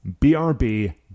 BRB